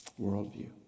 Worldview